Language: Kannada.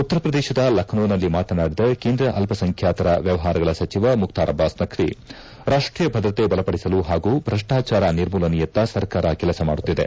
ಉತ್ತರ ಪ್ರದೇಶದ ಲಖನೌನಲ್ಲಿ ಮಾತನಾಡಿದ ಕೇಂದ್ರ ಅಲ್ಪಸಂಖ್ಯಾತರ ವ್ಯವಹಾರಗಳ ಸಚಿವ ಮುಕ್ತಾರ್ ಅಬ್ಲಾಸ್ ನಕ್ಷಿ ರಾಷ್ನೀಯ ಭದ್ರತೆ ಬಲಪಡಿಸಲು ಹಾಗೂ ಭ್ರಷ್ಲಾಚಾರ ನಿರ್ಮೂಲನೆಯತ್ತ ಸರ್ಕಾರ ಕೆಲಸ ಮಾಡುತ್ತಿದೆ